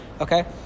Okay